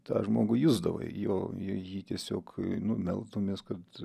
tą žmogų jusdavai jo jį tiesiog nu melsdavomės kad